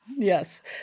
Yes